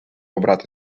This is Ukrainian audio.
обрати